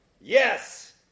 Yes